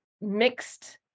mixed